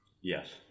Yes